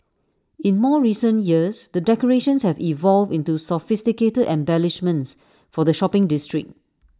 in more recent years the decorations have evolved into sophisticated embellishments for the shopping district